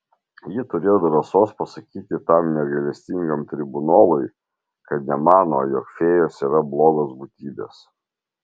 ji turėjo drąsos pasakyti tam negailestingam tribunolui kad nemano jog fėjos yra blogos būtybės